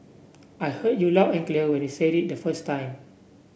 I heard you loud and clear when you said it the first time